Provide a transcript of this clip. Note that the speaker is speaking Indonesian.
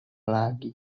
lagi